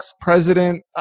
president